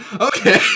Okay